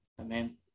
Amen